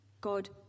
God